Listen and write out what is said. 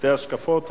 שתי השקפות,